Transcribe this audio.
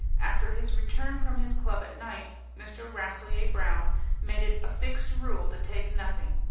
after his return from his club at night mr. rasselyer-brown made it a fixed rule to take nothing.